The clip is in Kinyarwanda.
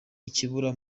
ikibura